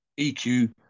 EQ